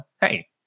hey